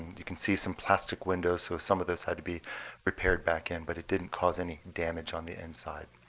you can see some plastic windows, so some of those had to be repaired back in. but it didn't cause any damage on the inside,